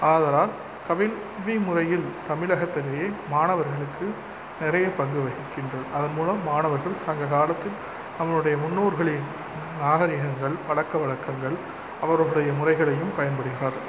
ஆதலால் கவில்வி முறையில் தமிழகத்திலே மாணவர்களுக்கு நிறைய பங்கு வகிக்கின்றது அதன் மூலம் மாணவர்கள் சங்க காலத்தில் நம்மளுடைய முன்னோர்களே நாகரிகங்கள் பழக்கவழக்கங்கள் அவர்களுடைய முறைகளையும் பயன்படுகிறார்கள்